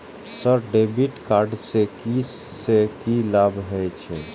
Sir debit card से की से की लाभ हे छे?